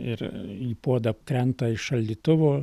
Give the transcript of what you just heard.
ir į puodą krenta iš šaldytuvo